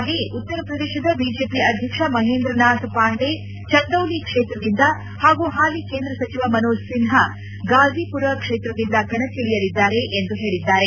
ಹಾಗೆಯೇ ಉತ್ತರ ಪ್ರದೇಶದ ಬಿಜೆಪಿ ಆಧ್ಯಕ್ಷ ಮಹೇಂದ್ರ ನಾಥ್ ಪಾಂಡೆ ಚಂದೌಲಿ ಕ್ಷೇತ್ರದಿಂದ ಹಾಗೂ ಹಾಲಿ ಕೇಂದ್ರ ಸಚಿವ ಮನೋಜ್ ಸಿನ್ವಾ ಗಾಜಿಪುರ ಕ್ಷೇತ್ರದಿಂದ ಕಣಕ್ಕಿಳಿಯಲಿದ್ದಾರೆ ಎಂದು ಹೇಳಿದ್ದಾರೆ